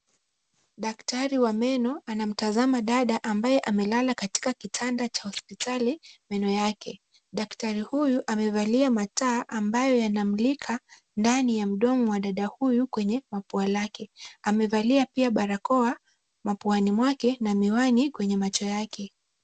Daktari wa meno anamtazama dada ambaye amelala katika kitanda cha hospitali meno yake. Daktari huyu amevalia mataa ambayo yanamulika ndani ya mdomo wa dada huyu kwenye mapua lake. Amevalia pia barakoa mapuani mwake na miwani kwenye macho yake.